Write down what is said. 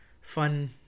fun